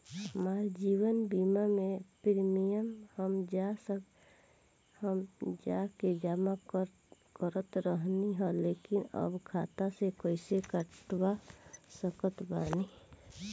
हमार जीवन बीमा के प्रीमीयम हम जा के जमा करत रहनी ह लेकिन अब खाता से कइसे कटवा सकत बानी?